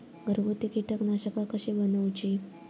घरगुती कीटकनाशका कशी बनवूची?